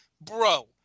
Bro